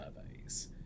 surveys